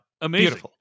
amazing